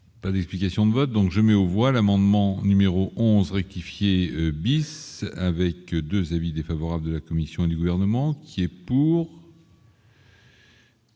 Qualification de doit donc je mets au voile amendement numéro 11 rectifier bis avec 2 avis défavorables de la commission du gouvernement qui est pour.